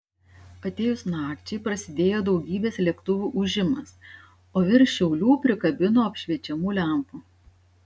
atėjus nakčiai prasidėjo daugybės lėktuvų ūžimas o virš šiaulių prikabino apšviečiamų lempų